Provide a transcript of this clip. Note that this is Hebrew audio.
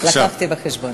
הבאתי בחשבון.